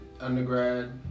undergrad